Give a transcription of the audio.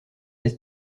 dans